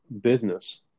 business